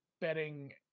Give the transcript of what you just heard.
betting